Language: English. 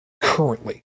currently